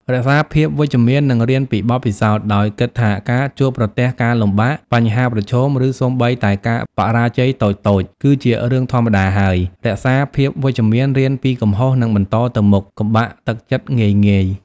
រក្សាភាពវិជ្ជមាន និងរៀនពីបទពិសោធន៍ ដោយគិតថាការជួបប្រទះការលំបាក បញ្ហាប្រឈម ឬសូម្បីតែការបរាជ័យតូចៗ គឺជារឿងធម្មតាហើយ រក្សាភាពវិជ្ជមាន រៀនពីកំហុស និងបន្តទៅមុខ។ កុំបាក់ទឹកចិត្តងាយៗ។